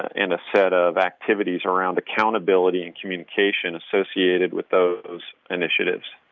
and a set of activities around accountability and communication associated with those initiatives.